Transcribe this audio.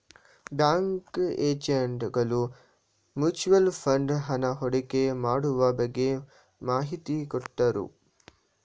bank agent ಗಳು mutual fund ಹಣ ಹೂಡಿಕೆ ಮಾಡುವ ಬಗ್ಗೆ ಮಾಹಿತಿ ಕೊಟ್ಟರು